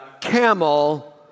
camel